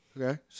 okay